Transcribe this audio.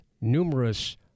numerous